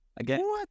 Again